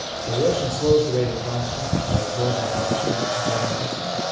so the ocean slows the rate of climate change by absorbing lots of heat and carbon dioxide,